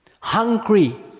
hungry